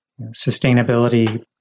sustainability